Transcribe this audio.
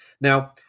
now